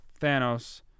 thanos